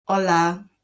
hola